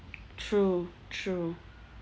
true true